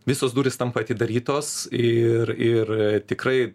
visos durys tampa atidarytos ir ir tikrai